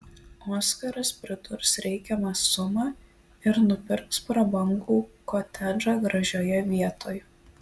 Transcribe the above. oskaras pridurs reikiamą sumą ir nupirks prabangų kotedžą gražioje vietoj